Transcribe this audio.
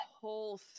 whole